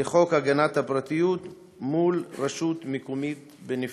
לחוק הגנת הפרטיות מול כל רשות מקומית בנפרד.